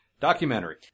documentary